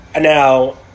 Now